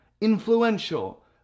influential